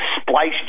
spliced